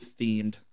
themed